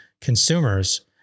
Consumers